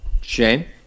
Shane